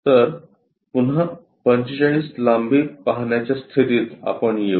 तर पुन्हा 45 लांबी पाहण्याच्या स्थितीत आपण येऊ